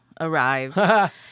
arrives